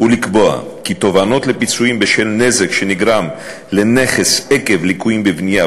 ולקבוע כי תובענות לפיצויים בשל נזק שנגרם לנכס עקב ליקויים בבנייה,